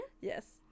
Yes